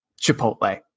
Chipotle